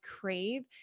crave